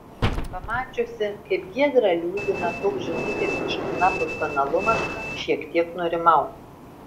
pamačiusi kaip giedrą liūdina toks žinutės iš anapus banalumas šiek tiek nurimau